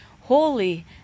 Holy